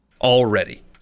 Already